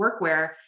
workwear